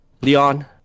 Leon